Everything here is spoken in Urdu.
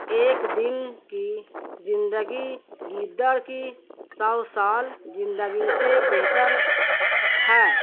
ایک دن کی زندگی گیدڑ کی سو سال زندگی سے بہتر ہے